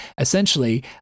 essentially